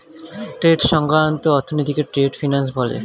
trade সংক্রান্ত অর্থনীতিকে trade finance বলে